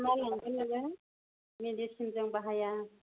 मा लांगोन नोङो मेदिसिन जों बाहाया